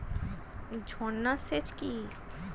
ঝর্না সেচ কি?